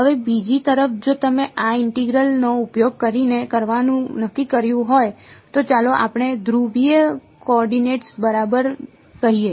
હવે બીજી તરફ જો તમે આ ઇન્ટિગ્રલ નો ઉપયોગ કરીને કરવાનું નક્કી કર્યું હોય તો ચાલો આપણે ધ્રુવીય કોઓર્ડિનેટ્સ બરાબર કહીએ